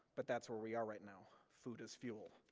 but that's where we are right now, food as fuel.